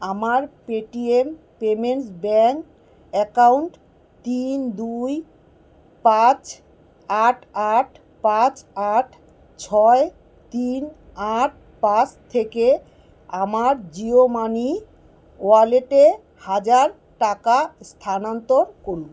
আমার Paytm payments bank account তিন দুই পাঁচ আট আট পাঁচ আট ছয় তিন আট পাঁচ থেকে আমার জিও মানি ওয়ালেটে হাজার টাকা স্থানান্তর করুন